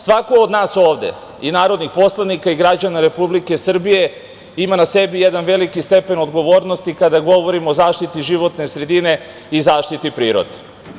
Svako od nas ovde, i narodnih poslanika i građana Republike Srbije, ima na sebi jedan veliki stepen odgovornosti kada govorimo o zaštiti životne sredine i zaštiti prirode.